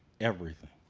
everything.